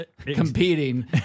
competing